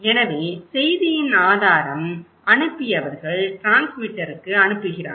எனவே செய்தியின் ஆதாரம் அனுப்பியவர்கள் டிரான்ஸ்மிட்டருக்கு அனுப்புகிறார்கள்